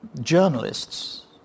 journalists